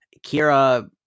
Kira